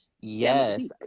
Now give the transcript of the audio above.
Yes